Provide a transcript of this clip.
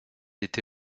été